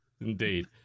indeed